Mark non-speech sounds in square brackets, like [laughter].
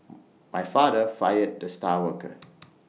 my father fired the star worker [noise]